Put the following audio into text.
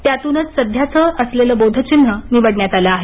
त्यातूनच सध्याचे असलेले बोधचिन्ह निवडण्यात आले होते